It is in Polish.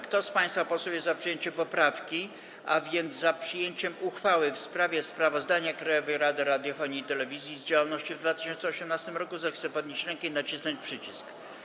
Kto z państwa posłów jest za przyjęciem poprawki, a więc za przyjęciem uchwały w sprawie sprawozdania Krajowej Rady Radiofonii i Telewizji z działalności w 2018 roku, zechce podnieść rękę i nacisnąć przycisk.